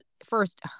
first